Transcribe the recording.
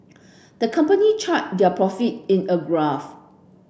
the company charted their profit in a graph